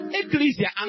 ecclesia